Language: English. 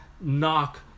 knock